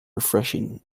refreshing